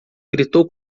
gritou